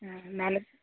ഉം എന്നാലും